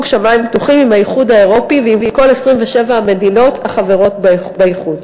שמים פתוחים עם האיחוד האירופי ועם כל 27 המדינות החברות באיחוד.